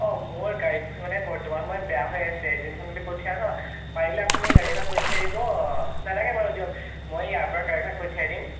অঁ মোৰ গাড়ীখন মানে বৰ্তমান সময়ত বেয়া হৈ আছে যোনখন গাড়ী পঠিয়াওঁ ন পাৰিলে আপুনি গাড়ী এখন পঠিয়াই দিব নালাগে বাৰু দিয়ক মই ইয়াৰপৰাই গাড়ী এখন পঠিয়াই দিম